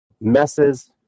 messes